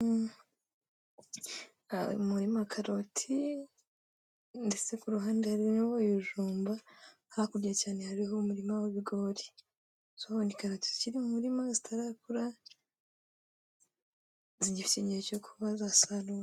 Umurima wa karoti, ndetse ku ruhande harimo ibijumba hakurya cyane hariho umurima w'ibigori. Ni karoti zikiri mu murima zitarakura, zigifite igihe cyo kuba zasarurwa.